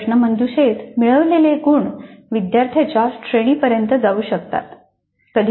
प्रश्नमंजुषेत मिळविलेले गुण विद्यार्थ्यांच्या श्रेणीपर्यंत जाऊ शकतात